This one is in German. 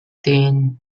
den